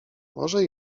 może